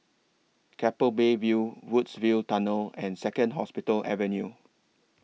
Keppel Bay View Woodsville Tunnel and Second Hospital Avenue